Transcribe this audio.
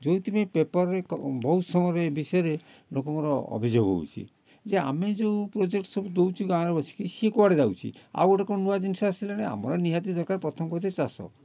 ଯେଉଁଥି ପାଇଁ ପେପରରେ ଏକ ବହୁତ ସମୟରୁ ବିଷୟରେ ଲୋକଙ୍କର ଅଭିଯୋଗ ହେଉଛି ଯେ ଆମେ ଯେଉଁ ପ୍ରୋଜେକ୍ଟ୍ ସବୁ ଦେଉଛୁ ଗାଁରେ ବସିକି ସିଏ କୁଆଡ଼େ ଯାଉଛି ଆଉ ଗୋଟେ କ'ଣ ନୂଆ ଜିନିଷ ଆସିଲାଣି ଆମର ନିହାତି ଦରକାର ପ୍ରଥମ ହେଉଛି ଚାଷ